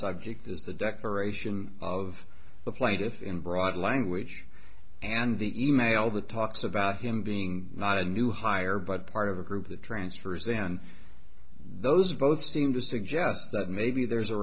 subject is the declaration of the plaintiff in broad language and the e mail that talks about him being not a new hire but part of a group that transfers then those both seem to suggest that maybe there's a